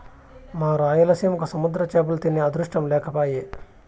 మా రాయలసీమకి సముద్ర చేపలు తినే అదృష్టం లేకపాయె